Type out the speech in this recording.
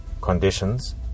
conditions